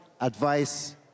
advice